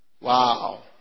Wow